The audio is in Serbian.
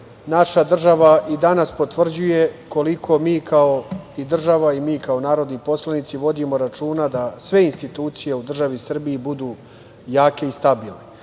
naša država i danas potvrđuje koliko mi kao država i mi kao narodni poslanici vodimo računa da sve institucije u državi Srbiji budu jake i stabilne. Što